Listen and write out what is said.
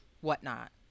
whatnot